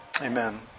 Amen